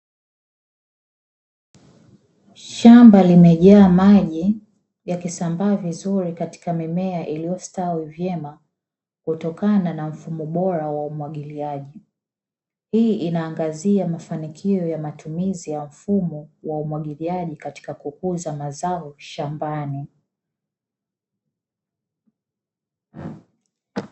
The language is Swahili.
Shamba limejaa maji yakisambaa vizuri katika mimea iliyostawi vyema kutokana na mfumo bora wa umwagiliaji, hii inaangazia mafanikio ya matumizi ya mfumo wa umwagiliaji katika kukuza mazao shambani.